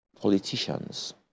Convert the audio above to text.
Politicians